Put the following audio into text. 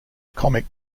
comic